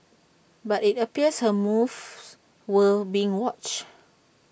but IT appears her moves were being watched